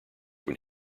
when